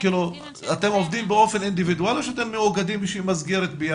אתם עובדים באופן אינדיבידואלי או שאתם מאוגדים באיזושהי מסגרת?